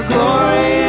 glory